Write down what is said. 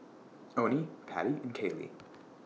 Oney Pattie and Kaylee